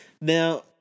Now